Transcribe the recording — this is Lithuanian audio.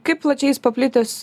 kaip plačiai jis paplitęs